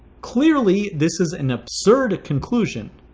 clearly this is an absurd conclusion.